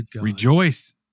rejoice